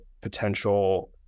potential